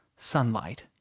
sunlight